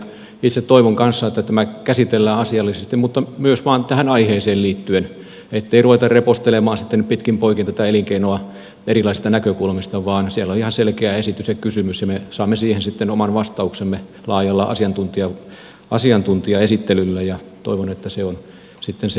itse toivon kanssa että tämä käsitellään asiallisesti mutta myös vain tähän aiheeseen liittyen ettei ruveta repostelemaan sitten pitkin poikin tätä elinkeinoa erilaisista näkökulmista vaan siellä on ihan selkeä esitys ja kysymys ja me saamme siihen sitten oman vastauksemme laajalla asiantuntijaesittelyllä ja toivon että se on sitten sen mukainen